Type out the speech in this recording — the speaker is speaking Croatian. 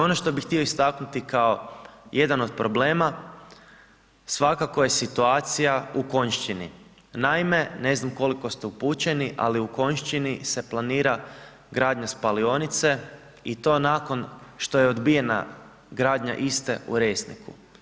Ono što bi hitio istaknuti kao jedan od problema svakako je situacija u Konjšćini, naime ne znam koliko ste upućeni ali u Konjšćini se planira gradnja spalionice i to nakon što je odbijena gradnja iste u Resniku.